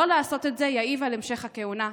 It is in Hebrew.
לא לעשות את זה יעיב על המשך הכהונה.